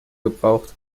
gebraucht